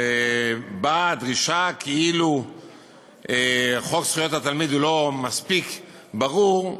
ובאה דרישה כאילו חוק זכויות התלמיד לא מספיק ברור,